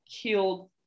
killed